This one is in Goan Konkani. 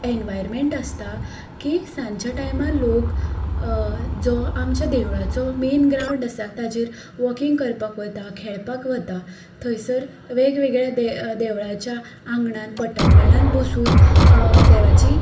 एनवारयमेंट आसता की सांजच्या टायमार लोक जो आमच्या देवळाचो मेन ग्रांवड आसा ताचेर वॉकींग करपाक वता खेळपाक वता थंयसर वेगवेगळ्या दे देवळाच्या आंगणात पटांगणांत बसून देवाची